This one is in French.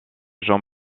jean